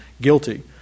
guilty